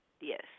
yes